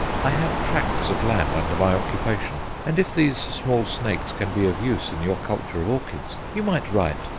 i have tracts of land under my occupation, and if these small snakes can be of use in your culture of orchids you might write,